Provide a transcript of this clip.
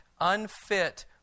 unfit